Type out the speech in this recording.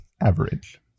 Average